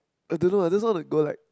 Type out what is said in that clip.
I don't know eh just now like got like